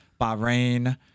Bahrain